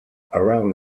around